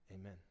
Amen